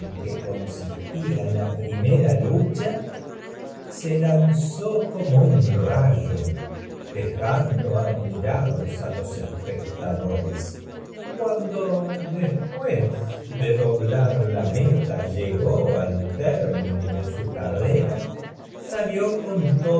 que consistía la primera lucha se a lanzó como un rayo dejando admirados los espectadores y cuando su después de doblar la meta llegó al término de salió con carrera todos